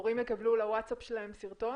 הורים יקבלו לוואטסאפ שלהם סרטון?